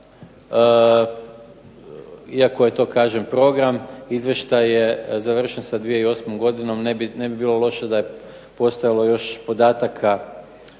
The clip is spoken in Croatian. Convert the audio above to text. iako je to kažem program izvještaj je završen sa 2008. godinom, ne bi bilo loše da je postojalo još podataka